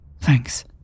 Thanks